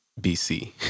BC